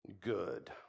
good